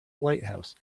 lighthouse